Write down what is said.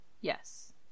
Yes